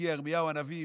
מגיע ירמיהו הנביא,